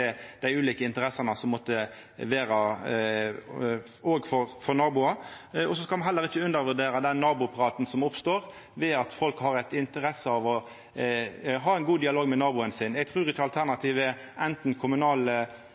dei ulike interessene som måtta vera – òg når det gjeld naboar. Me skal heller ikkje undervurdera den nabopraten som oppstår når folk er interesserte i å ha ein god dialog med naboen sin. Eg trur ikkje alternativa er